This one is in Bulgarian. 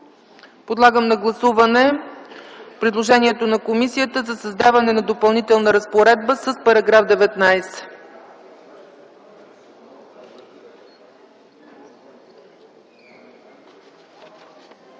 Подлагам на гласуване предложението на комисията за създаване на Допълнителна разпоредба с § 19.